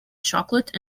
chocolate